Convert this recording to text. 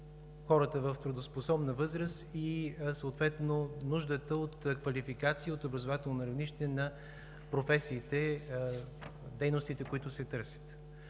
хората в трудоспособна възраст и нуждата от квалификация, от образователно равнище на професиите, на дейностите, които се търсят.